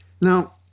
Now